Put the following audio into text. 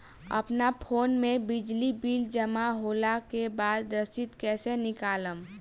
अपना फोन मे बिजली बिल जमा होला के बाद रसीद कैसे निकालम?